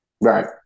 Right